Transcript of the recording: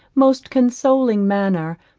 most consoling manner,